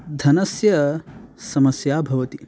धनस्य समस्या भवति